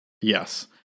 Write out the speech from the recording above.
yes